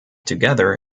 together